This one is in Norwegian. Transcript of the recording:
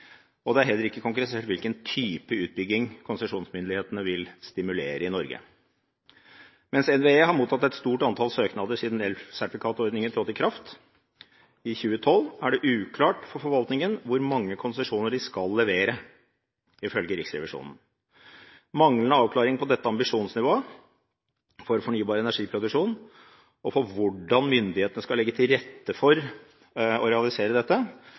Det er heller ikke konkretisert hvilken type utbygging konsesjonsmyndighetene skal stimulere til i Norge.» Mens NVE har mottatt et stort antall søknader siden elsertifikatordningen trådte i kraft i 2012, er det uklart for forvaltningen hvor mange konsesjoner den skal levere, ifølge Riksrevisjonen. Manglende avklaring av hva som er ambisjonsnivået for fornybar energi-produksjon, og hvordan myndighetene skal legge til rette for å realisere dette,